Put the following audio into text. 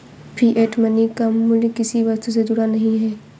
fiat money का मूल्य किसी वस्तु से जुड़ा नहीं है